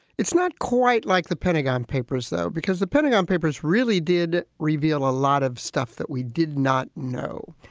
it's not quite like the pentagon papers, though, because the pentagon papers really did reveal a lot of stuff that we did not know.